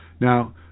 Now